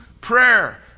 prayer